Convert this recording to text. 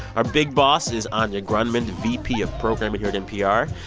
our big boss is anya grundmann, vp of programming here at npr.